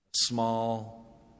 small